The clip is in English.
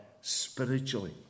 spiritually